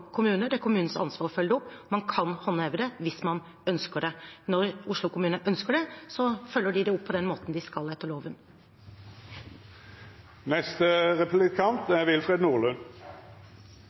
Det er noe man følger opp som kommune, det er kommunens ansvar å følge det opp. Man kan håndheve det hvis man ønsker det. Når Oslo kommune ønsker det, følger de det opp på den måten de skal, etter loven.